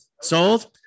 sold